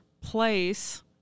place